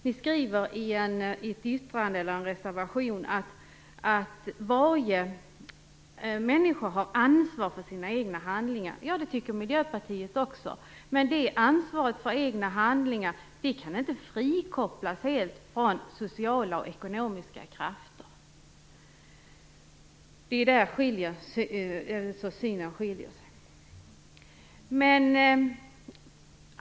Ni skriver i en reservation att varje människa har ansvar för sina egna handlingar. Det tycker Miljöpartiet också. Men det ansvaret för egna handlingar kan inte helt frikopplas från sociala och ekonomiska krafter. Det är där vi skiljer oss åt.